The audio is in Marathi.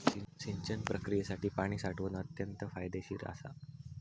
सिंचन प्रक्रियेसाठी पाणी साठवण अत्यंत फायदेशीर असा